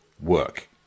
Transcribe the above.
work